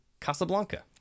Casablanca